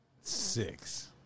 Six